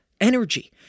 energy